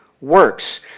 works